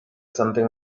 something